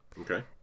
Okay